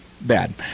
bad